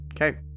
Okay